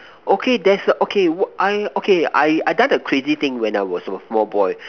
okay there's a okay I okay I I done a crazy thing when I was a small boy